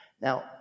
Now